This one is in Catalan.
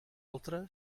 altra